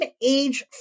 age